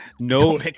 No